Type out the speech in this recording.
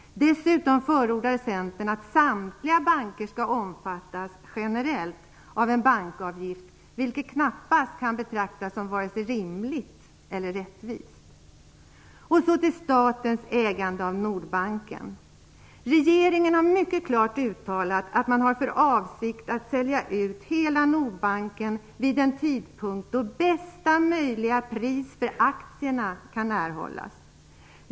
Dessutom förordar Centern att samtliga banker generellt skall omfattas av en bankgarantiavgift, vilket knappast kan betraktas som vare sig rimligt eller rättvist. Så till statens ägande av Nordbanken. Regeringen har mycket klart uttalat att man har för avsikt att sälja ut hela Nordbanken vid en tidpunkt då bästa möjliga pris för aktierna kan erhållas.